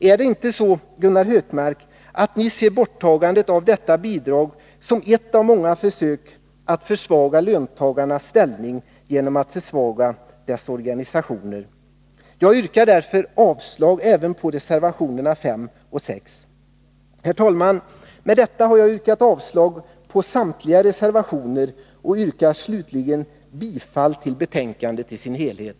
Är det inte så, Gunnar Hökmark, att ni ser borttagandet av detta bidrag som ett av många försök att försvaga löntagarnas ställning, genom att försvaga deras organisationer? Jag yrkar därför avslag även på reservationerna 5 och 6. Herr talman! Med detta har jag yrkat avslag på samtliga reservationer, och jag yrkar slutligen bifall till utskottets hemställan i dess helhet.